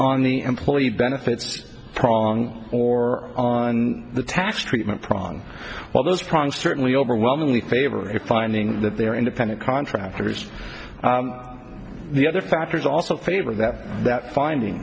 on the employee benefits prong or on the tax treatment prong all those prongs certainly overwhelmingly favor a finding that they are independent contractors the other factors also favor that that finding